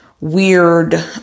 weird